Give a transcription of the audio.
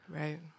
Right